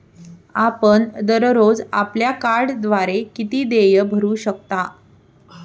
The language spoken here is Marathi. आपण दररोज आपल्या कार्डद्वारे किती देय भरू शकता?